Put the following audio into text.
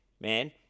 man